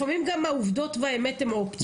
לפעמים גם האמת והעובדות הן אופציה,